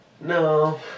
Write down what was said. No